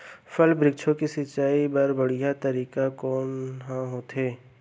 फल, वृक्षों के सिंचाई बर बढ़िया तरीका कोन ह होथे?